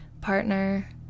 partner